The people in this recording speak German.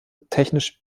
technisch